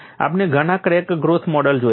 આપણે ઘણા crack growth model જોયા છે